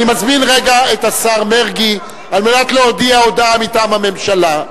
אני מזמין לרגע את השר מרגי להודיע הודעה מטעם הממשלה.